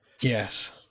yes